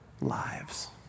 lives